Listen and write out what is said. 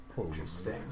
Interesting